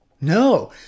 No